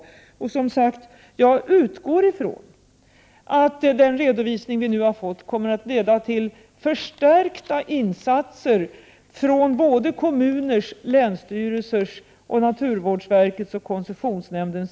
Som jag tidigare sade så utgår jag från att den redovisning vi nu har fått kommer att leda till förstärkta insatser från såväl kommuner och länsstyrelser som naturvårdsverket och koncessionsnämnden.